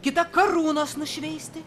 kita karūnos nušveisti